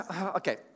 Okay